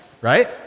right